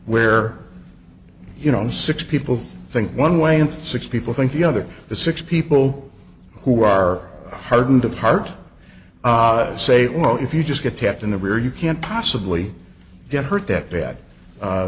where you know six people think one way and six people think the other the six people who are hardened of heart say well if you just get tapped in the rear you can't possibly get hurt that bad